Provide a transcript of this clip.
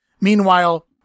Meanwhile